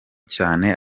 cyane